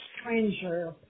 stranger